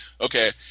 Okay